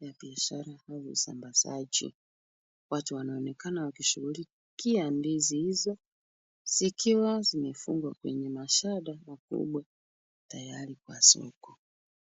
ya biashara au usambazaji. Watu wanaonekana wakishughulikia ndizi hizo zikiwa zimefungwa kwenye mashada makubwa. Tayari kwa soko.